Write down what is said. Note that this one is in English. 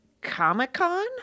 Comic-Con